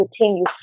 continue